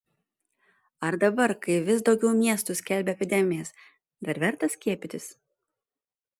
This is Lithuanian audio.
ar dabar kai vis daugiau miestų skelbia epidemijas dar verta skiepytis